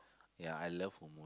ya I love who move